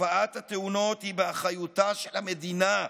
תופעת התאונות היא באחריותה של המדינה,